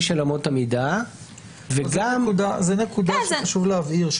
של אמות המידה זו נקודה שחשוב להבהיר.